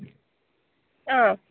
अँ